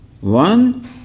One